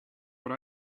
what